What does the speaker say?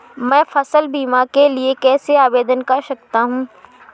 मैं फसल बीमा के लिए कैसे आवेदन कर सकता हूँ?